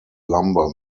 lumber